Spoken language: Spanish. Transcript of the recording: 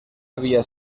había